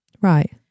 Right